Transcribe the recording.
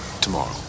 tomorrow